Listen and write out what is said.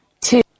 Two